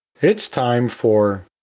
it's time for